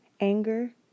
anger